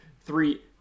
three